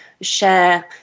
share